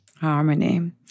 Harmony